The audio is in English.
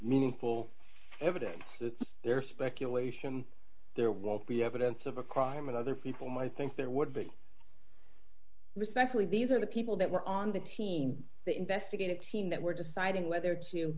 meaningful evidence that their speculation there won't be evidence of a crime and other people might think there would be respectfully these are the people that were on the team the investigative team that were deciding whether to